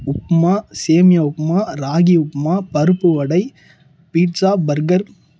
உப்புமா சேமியா உப்புமா ராகி உப்புமா பருப்பு vada pizza burger